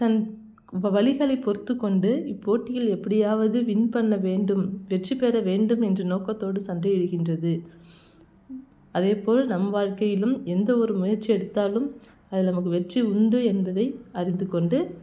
தன் வலிகளைப் பொறுத்துக்கொண்டு இப்போட்டியில் எப்படியாவது வின் பண்ண வேண்டும் வெற்றிப்பெற வேண்டும் என்ற நோக்கத்தோடு சண்டையிடுகின்றது அதேபோல் நம் வாழ்க்கையிலும் எந்தவொரு முயற்சி எடுத்தாலும் அதில் நமக்கு வெற்றி உண்டு என்பதை அறிந்துக்கொண்டு